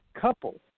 couple